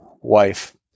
wife